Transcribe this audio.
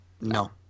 no